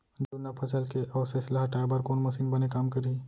जुन्ना फसल के अवशेष ला हटाए बर कोन मशीन बने काम करही?